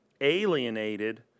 Alienated